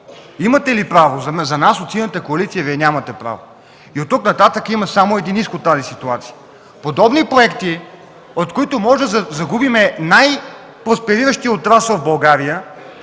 Имате ли право? За нас от Синята коалиция Вие нямате право. Оттук нататък има един изход от тази ситуация: подобни проекти, от които можем да загубим най-проспериращия отрасъл в България